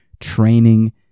training